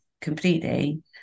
completely